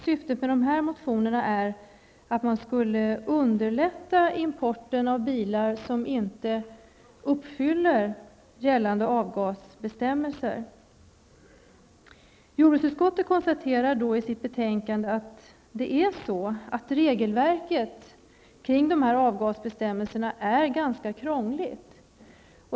Syftet med dessa motioner är att underlätta importen av bilar som inte uppfyller gällande avgasbestämmelser. Jordbruksutskottet konstaterar i sitt betänkande att regelverket kring dessa avgasbestämmelser är ganska krångligt.